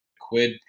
quid